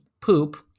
poop